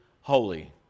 holy